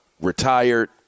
retired